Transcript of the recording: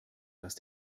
dass